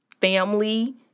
family